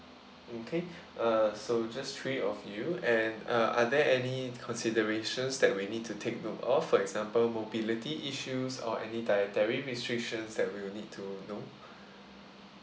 okay uh so just three of you and uh are there any considerations that we need to take note of for example mobility issues or any dietary restrictions that we will need to know